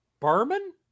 Berman